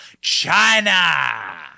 China